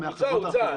הוצע.